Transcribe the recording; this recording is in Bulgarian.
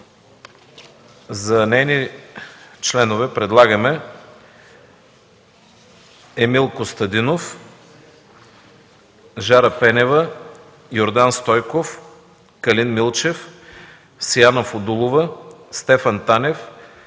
За нейни членове предлагаме: Емил Костадинов, Жара Пенева, Йордан Стойков, Калин Милчев, Сияна Фудулова, Стефан Танев